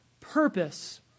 purpose